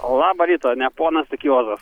labą rytą ne ponas tik juozas